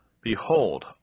Behold